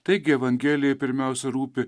taigi evangelijai pirmiausia rūpi